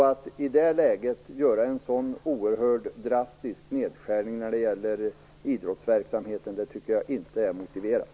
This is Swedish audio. Att i det läget göra en så oerhört drastisk nedskärning när det gäller idrottsverksamheten tycker jag inte är motiverat.